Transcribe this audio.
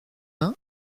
vingts